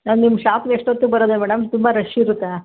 ma'am ನಿಮ್ಮ ಶಾಪ್ಗೆ ಎಷ್ಟೊತ್ತಿಗೆ ಬರೋದು ಮೇಡಮ್ ತುಂಬ ರಶ್ ಇರುತ್ತಾ